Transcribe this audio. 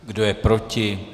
Kdo je proti?